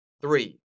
three